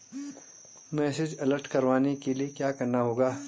Message alert करवाने के लिए क्या करना होगा?